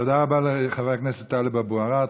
תודה רבה לחבר הכנסת טלב אבו ערער.